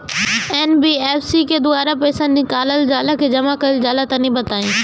NBFC के द्वारा पईसा निकालल जला की जमा कइल जला तनि बताई?